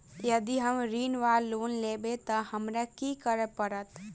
यदि हम ऋण वा लोन लेबै तऽ हमरा की करऽ पड़त?